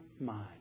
mind